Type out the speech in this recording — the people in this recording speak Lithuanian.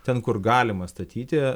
ten kur galima statyti